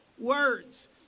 words